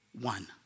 one